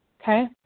okay